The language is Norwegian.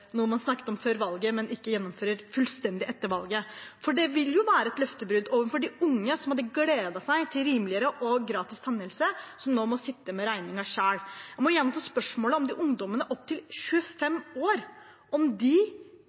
noe man snakket om før valget, men som man ikke gjennomfører fullstendig etter valget. Det vil jo være et løftebrudd overfor de unge, som hadde gledet seg til rimeligere og gratis tannhelse, og som nå sitter igjen med regningen selv. Jeg må gjenta spørsmålet om hvorvidt ungdommer opp til 25 år kan se at regjeringen oppfyller de